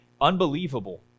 unbelievable